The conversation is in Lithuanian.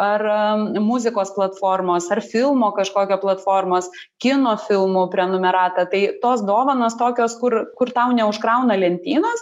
ar muzikos platformos ar filmo kažkokio platformos kino filmų prenumeratą tai tos dovanos tokios kur kur tau neužkrauna lentynos